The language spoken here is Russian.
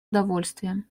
удовольствием